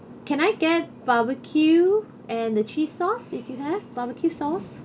can I get barbecue and the cheese sauce if you have barbecue sauce